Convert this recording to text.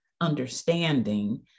understanding